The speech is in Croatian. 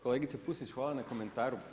Kolegice Pusić hvala na komentaru.